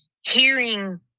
hearing